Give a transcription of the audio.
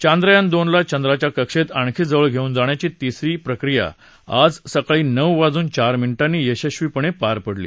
चांद्रयान दोनला चंद्राच्या कक्षेत आणखी जवळ घेऊन जाण्याची तिसरी प्रक्रिया आज सकाळी नऊ वाजून चार मिनिटांनी यशस्वीपणे पार पडली